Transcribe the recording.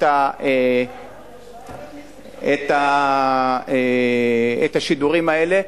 את השידורים האלה,